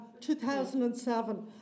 2007